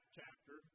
chapter